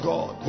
God